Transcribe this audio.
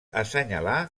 assenyalar